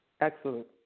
Excellent